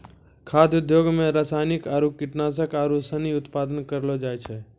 खाद्य उद्योग मे रासायनिक आरु कीटनाशक आरू सनी उत्पादन करलो जाय छै